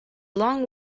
long